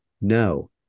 no